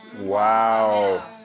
Wow